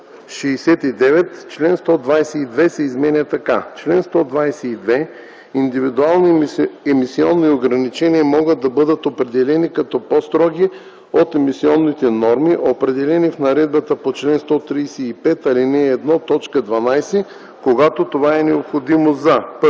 69. Член 122 се изменя така: „Чл. 122. Индивидуални емисионни ограничения могат да бъдат определени като по-строги от емисионните норми, определени в наредбата по чл. 135, ал. 1, т. 12, когато това е необходимо за: 1.